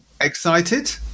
Excited